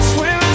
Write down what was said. Swear